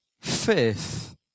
faith